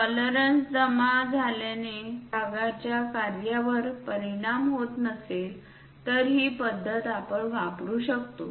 tolerance जमा झाल्याने भागाच्या कार्यावर परिणाम होत नसेल तर ही पद्धत आपण वापरु शकतो